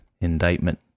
indictment